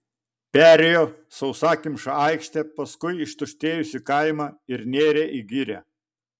perėjo sausakimšą aikštę paskui ištuštėjusį kaimą ir nėrė į girią